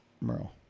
Merle